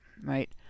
right